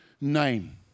name